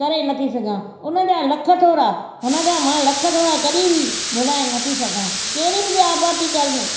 करे नथी सघां उन जा लखु थोड़ा उन जा मां लखु थोड़ा कॾहिं बि भुलाइ नथी सघां कहिड़ी बि आपतीकाल में